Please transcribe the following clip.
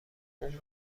اون